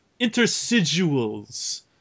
Intersiduals